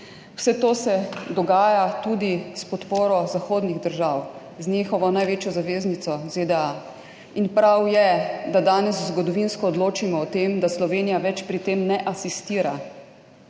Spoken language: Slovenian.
Vse to se dogaja tudi s podporo zahodnih držav, z njihovo največjo zaveznico ZDA, in prav je, da danes zgodovinsko odločimo o tem, da Slovenija več pri tem ne asistira.